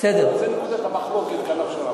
רוצה לומר דבר, המחלוקת כאן עכשיו.